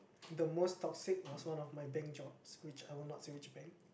the most toxic was one of my bank jobs which I was not say which bank